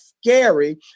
scary